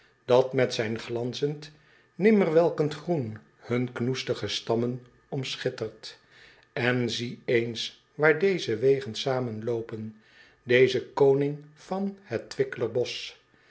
dat met zijn glanzend nimmer welkend groen hun knoestige stammen omschittert n zie eens waar deze wegen zamenloopen dezen koning van het wickeler bosch